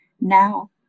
Now